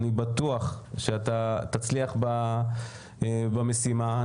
אני בטוח שתצליח במשימה.